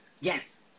Yes